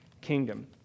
kingdom